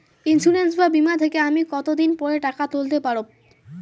Insurance বা বিমা থেকে আমি কত দিন পরে টাকা তুলতে পারব?